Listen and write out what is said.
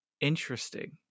interesting